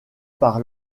par